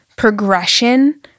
progression